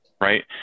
right